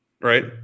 right